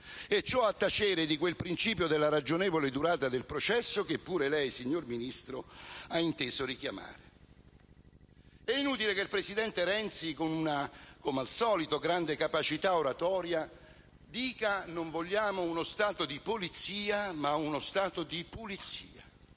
Ciò a tacere di quel principio della ragionevole durata del processo che pure lei, signor Ministro, ha inteso richiamare. È inutile che il presidente Renzi, come al solito con grande capacità oratoria, dica: non vogliamo uno Stato di polizia, ma uno Stato di pulizia.